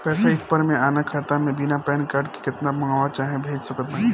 पैसा एक बार मे आना खाता मे बिना पैन कार्ड के केतना मँगवा चाहे भेज सकत बानी?